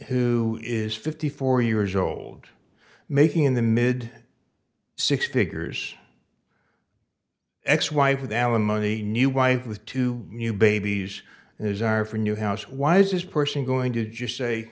who is fifty four years old making in the mid six figures ex wife with alimony the new wife with two new babies and these are for a new house why is this person going to just say